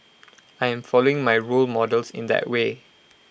I am following my role models in that way